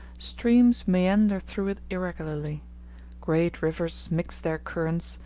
streams meander through it irregularly great rivers mix their currents,